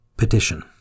Petition